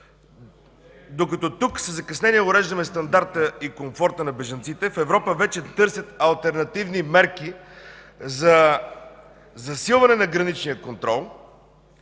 докато тук със закъснение уреждаме стандарта и комфорта на бежанците, в Европа вече търсят алтернативни мерки за засилване на граничния контрол